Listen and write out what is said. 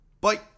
Bye